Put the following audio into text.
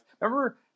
Remember